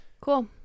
Cool